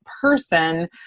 person